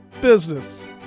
business